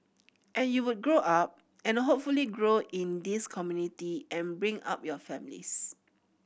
and you would grow up and hopefully grow in this community and bring up your families